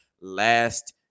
last